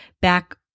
back